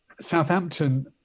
Southampton